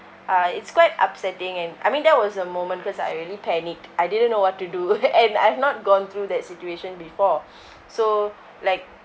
uh it's quite upsetting and I mean that was a moment cause I really panicked I didn't know what to do and I've not gone through that situation before so like